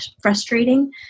frustrating